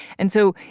and so,